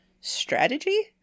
strategy